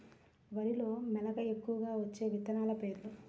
వరిలో మెలక ఎక్కువగా వచ్చే విత్తనాలు పేర్లు?